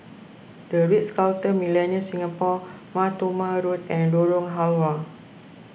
the Ritz Carlton Millenia Singapore Mar Thoma Road and Lorong Halwa